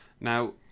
Now